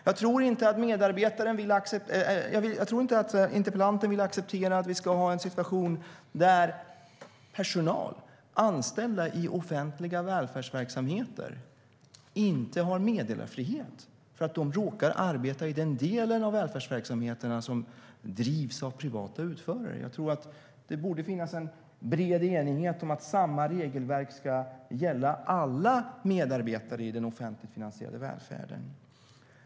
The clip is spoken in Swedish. Jag tror inte att interpellanten vill acceptera att vi ska ha en situation där personal, anställda i offentliga välfärdsverksamheter, inte har meddelarfrihet därför att de råkar arbeta i den del av välfärdsverksamheterna som drivs av privata utförare. Det borde finnas en bred enighet om att samma regelverk ska gälla alla medarbetare i den offentligt finansierade välfärden.